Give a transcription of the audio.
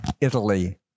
Italy